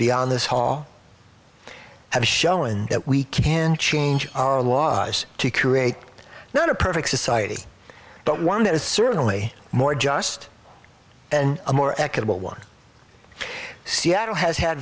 beyond this hall have a show and that we can change our laws to create not a perfect society but one that is certainly more just and a more equitable one seattle has had